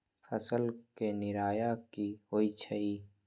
फसल के निराया की होइ छई?